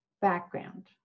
Background